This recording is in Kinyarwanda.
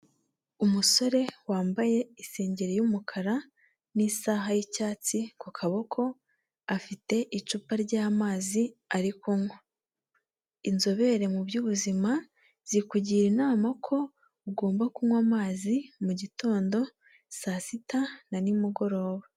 Umusore wambaye isengeri y'umukara n'isaha y'icyatsi ku kaboko, afite icupa ry'amazi ari kunywa. Inzobere mu by'ubuzima, zikugira inama ko ugomba kunywa amazi mu gitondo, saa sita na nimugoroba.